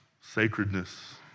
sacredness